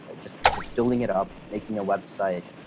ah just just building it up making a website.